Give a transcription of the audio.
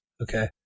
Okay